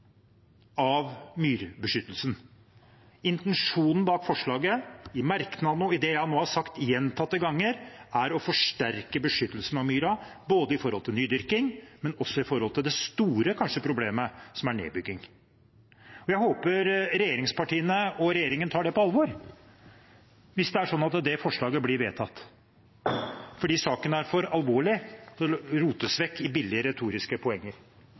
av myrbeskyttelsen. Intensjonen bak forslaget, i merknadene og i det jeg nå har sagt gjentatte ganger, er å forsterke beskyttelsen av myra, både med hensyn til nydyrking og til det som kanskje er det store problemet, som er nedbygging. Jeg håper regjeringspartiene og regjeringen tar det på alvor hvis det er slik at det forslaget blir vedtatt, for saken er for alvorlig til å rotes bort i billige retoriske poenger.